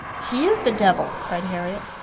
he is the devil, cried harriet.